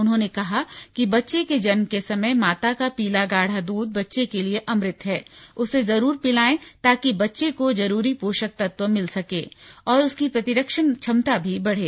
उन्होंने कहा कि बच्चे के जन्म के समय माता का पीला गाढ़ा दूध बच्चे के लिए अमृत है उसे जरूर पिलायें ताकि बच्चे को जरूरी पोषक तत्व मिल सके और उसकी प्रतिरक्षण क्षमता भी बढे